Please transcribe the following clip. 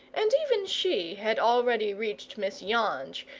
and even she had already reached miss yonge,